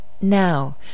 Now